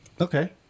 Okay